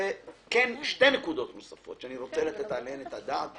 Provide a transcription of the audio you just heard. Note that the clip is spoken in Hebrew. שתי נקודות נוספות שאני רוצה לתת עליהן את הדעת